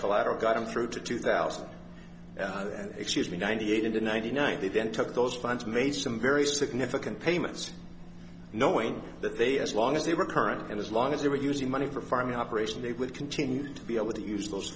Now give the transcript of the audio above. collateral gotten through to two thousand excuse me ninety eight in the ninety nine they then took those funds made some very significant payments knowing that they as long as they were current and as long as they were using money for farming operation they would continue to be able to use th